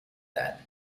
that